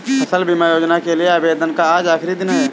फसल बीमा योजना के लिए आवेदन का आज आखरी दिन है